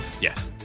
Yes